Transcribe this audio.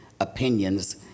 opinions